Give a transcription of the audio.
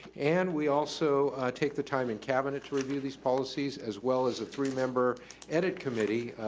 and we also take the time in cabinet to review these policies, as well as a three-member edit committee,